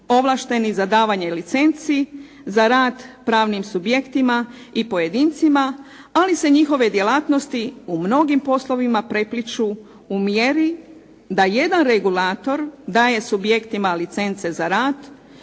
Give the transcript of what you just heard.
ovlašteni za davanje licenci za rad pravnim subjektima i pojedincima, ali se njihove djelatnosti u mnogim poslovima prepliću u mjeri da jedan regulator daje subjektima licence za rad,